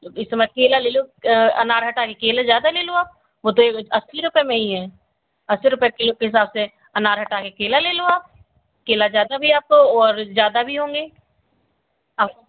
तो इस समय केला ले लो अनार हटा के केला ज्यादा ले लो आप वो तो ए अस्सी रुपये में ई है अस्सी रुपये किलो के हिसाब से अनार हटा के केला ले लो आप केला ज्यादा भी आपको और ज्यादा भी होंगे और